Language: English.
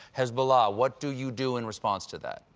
hezbollah, what do you do in response to that?